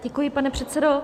Děkuji, pane předsedo.